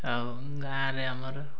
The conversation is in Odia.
ଆଉ ଗାଁ'ରେ ଆମର